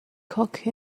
cook